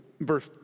verse